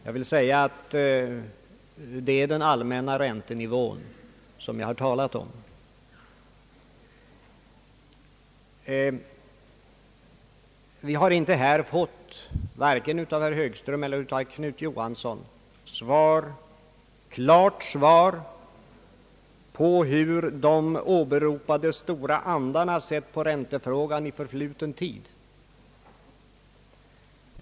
Det är den allmän na räntenivån som jag har talat om. Vi har här inte fått, vare sig av herr Högström eller av herr Knut Johansson, ett klart svar på frågan hur de åberopade stora andarna sett på räntefrågan i förfluten tid.